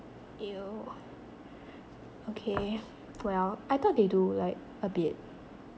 !eww! okay well I thought they do like a bit